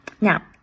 Now